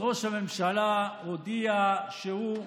ראש הממשלה הודיע שהוא,